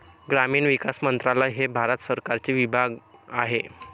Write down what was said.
ग्रामीण विकास मंत्रालय हे भारत सरकारचे विभाग आहे